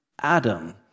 Adam